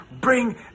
bring